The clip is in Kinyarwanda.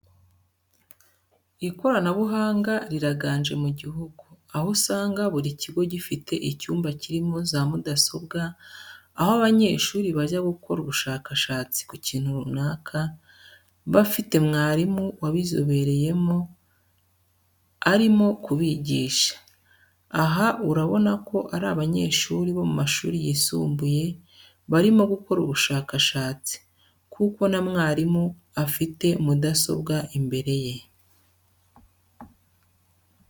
Ikoranabuhanga riraganje mu gihugu, aho usanga buri kigo gifite icyumba kirimo za mudasobwa, aho abanyeshuri bajya gukora ubushakashatsi ku kintu runaka, bafite mwarimu wabizoberyemo arimo kubigisha. Aha urabona ko ari abanyeshuri bo mu mashuri yisumbuye, barimo gukora ubushakashatsi, kuko na mwarimu afite mudasobwa imbere ye.